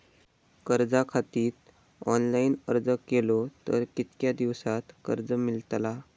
कर्जा खातीत ऑनलाईन अर्ज केलो तर कितक्या दिवसात कर्ज मेलतला?